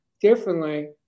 differently